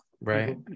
right